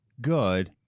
good